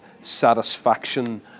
satisfaction